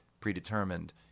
predetermined